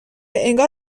انگار